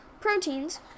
proteins